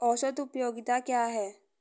औसत उपयोगिता क्या है?